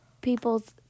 people's